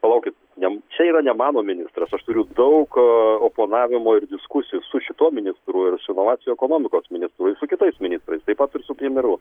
palaukit jam čia yra ne mano ministras aš turiu daug oponavimo ir diskusijų su šituo ministru ir su inovacijų ekonomikos ministru ir su kitais ministrais taip pat ir su premjeru